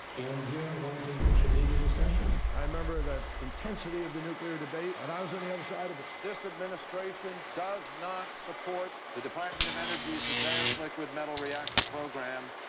and we're the ones and then who should lead the discussion. i remember the intensity of the nuclear debate, and i was on the other side of it. this administration does not support the department of energy's advanced liquid metal reactor program,